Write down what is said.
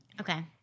Okay